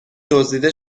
دزدیده